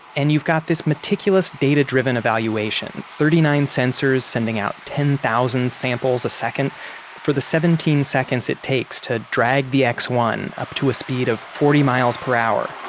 and you've got this meticulous data-driven evaluation, thirty nine sensors sending out ten thousand samples a second for the seventeen seconds it takes to drag the x one up to a speed of forty miles per hour